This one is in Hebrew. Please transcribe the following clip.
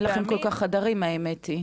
אין לכם כל כך חדרים האמת היא.